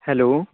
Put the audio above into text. hello